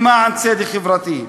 למען צדק חברתי,